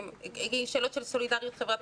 יש שאלות של סולידריות חברתית,